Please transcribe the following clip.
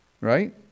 Right